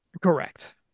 Correct